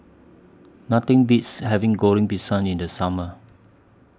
Nothing Beats having Goreng Pisang in The Summer